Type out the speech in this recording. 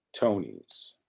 Tonys